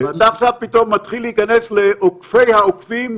אתה עכשיו פתאום מתחיל להיכנס לעוקפי העוקפים,